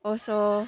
also